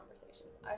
conversations